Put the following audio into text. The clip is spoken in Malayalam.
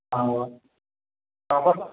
ആ അപ്പം